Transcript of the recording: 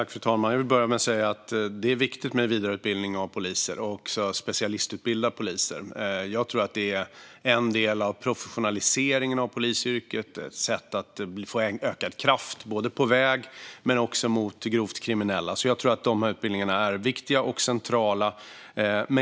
Fru talman! Jag vill börja med att säga att det är viktigt med vidareutbildning av poliser och att specialutbilda poliser. Jag tror att det är en del av professionaliseringen av polisyrket och ett sätt att få ökad kraft både på väg och mot grovt kriminella. Jag tror därför att de utbildningarna är viktiga och centrala.